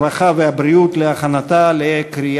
הרווחה והבריאות נתקבלה.